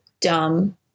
dumb